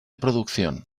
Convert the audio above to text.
producción